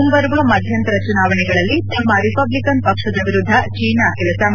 ಮುಂಬರುವ ಮಧ್ಯಂತರ ಚುನಾವಣೆಗಳಲ್ಲಿ ತಮ್ಮ ರಿಪಬ್ಡಿಕನ್ ಪಕ್ಷದ ವಿರುದ್ದ ಚೀನಾ ಕೆಲಸ ಹಿ